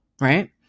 right